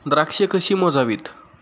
द्राक्षे कशी मोजावीत?